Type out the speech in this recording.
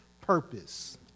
purpose